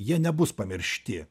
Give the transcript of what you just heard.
jie nebus pamiršti